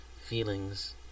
feelings